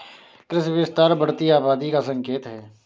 कृषि विस्तार बढ़ती आबादी का संकेत हैं